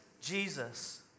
Jesus